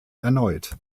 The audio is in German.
erneut